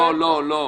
לא, לא.